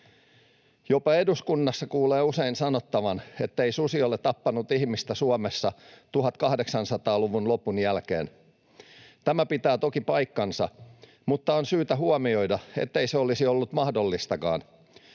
Jopa eduskunnassa kuulee usein sanottavan, että ei susi ole tappanut ihmistä Suomessa 1800-luvun lopun jälkeen. Tämä pitää toki paikkansa, mutta on syytä huomioida, ettei se olisi ollut mahdollistakaan.